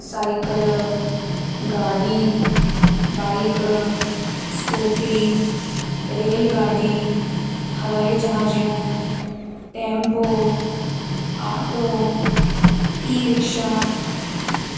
cycle गाॾी bike scooty rail गाॾी हवाई जहाजूं टैम्पो आटो ई रिक्शा